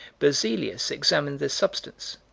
berzelius examined the substance.